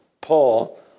Paul